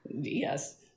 Yes